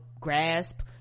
grasp